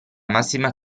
massima